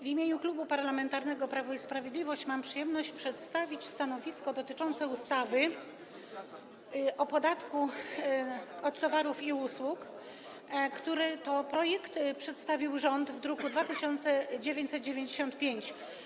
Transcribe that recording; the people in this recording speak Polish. W imieniu Klubu Parlamentarnego Prawo i Sprawiedliwość mam przyjemność przedstawić stanowisko dotyczące projektu ustawy o podatku od towarów i usług, który to projekt przedstawił rząd w druku nr 2995.